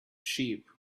sheep